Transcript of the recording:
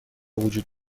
وجود